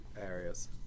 areas